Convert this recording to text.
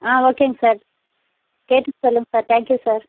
ஆ ஓகேங்க சார் கேட்டுவிட்டு சொல்லுங்கள் சார் டேங்க் யூ சார்